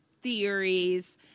theories